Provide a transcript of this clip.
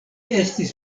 estis